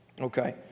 Okay